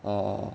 err